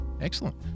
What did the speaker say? Excellent